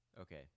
okay